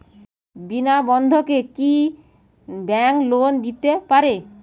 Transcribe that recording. বিনা বন্ধকে কি bank loan দিতে পারে?